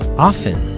often.